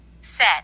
Set